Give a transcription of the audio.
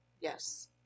yes